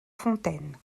fontaine